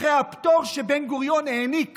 אחרי הפטור שבן-גוריון העניק